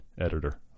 editor